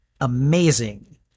amazing